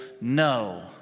no